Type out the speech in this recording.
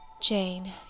Jane